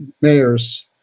mayors